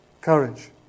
courage